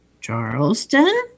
Charleston